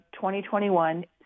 2021